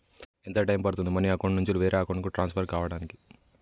ఎంత టైం పడుతుంది money account నుంచి వేరే అకౌంట్ కి ట్రాన్స్ఫర్ కావటానికి?